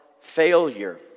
failure